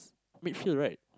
midfield right